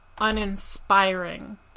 uninspiring